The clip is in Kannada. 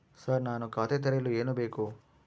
ಸರ್ ನಾನು ಖಾತೆ ತೆರೆಯಲು ಏನು ಬೇಕು?